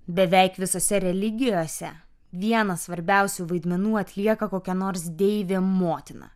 beveik visose religijose vieną svarbiausių vaidmenų atlieka kokia nors deivė motina